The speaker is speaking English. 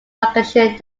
lancashire